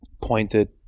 Pointed